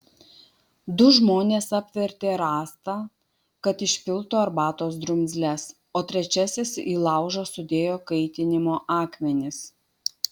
du žmonės apvertė rąstą kad išpiltų arbatos drumzles o trečiasis į laužą sudėjo kaitinimo akmenis